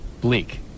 Bleak